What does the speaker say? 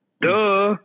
Duh